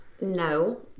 No